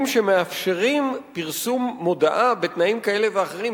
המאפשרים פרסום מודעה בתנאים כאלה ואחרים,